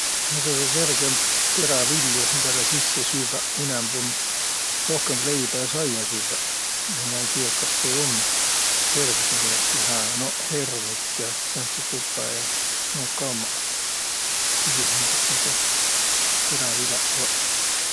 No kõgõ kergemb teräviljo hindäle sisse süvväq inämb um rohkõmb leibä ja saia süvväq. No ma ei tiiäq, kas tuu um tervüsele jälki hää. Noq hernit ja, sääntsit, upõ ja. Nuuq ka ummaq esiqhindäst teräviläq joq.